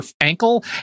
ankle